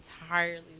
entirely